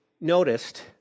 noticed